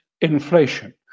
inflation